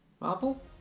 Marvel